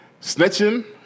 snitching